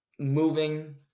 moving